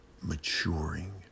maturing